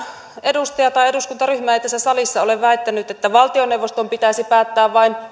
edustaja tai eduskuntaryhmä ei tässä salissa ole väittänyt että valtioneuvoston pitäisi päättää vain